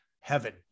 heaven